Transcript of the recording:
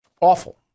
Awful